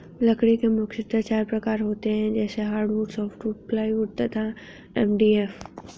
लकड़ी के मुख्यतः चार प्रकार होते हैं जैसे हार्डवुड, सॉफ्टवुड, प्लाईवुड तथा एम.डी.एफ